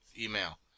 email